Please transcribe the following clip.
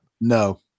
No